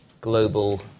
global